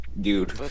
Dude